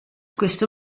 questo